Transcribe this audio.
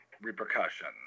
repercussions